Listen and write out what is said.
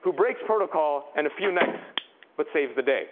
who breaks protocol and a few necks but saves the day.